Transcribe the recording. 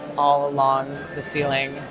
all along the ceiling.